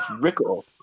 Rickle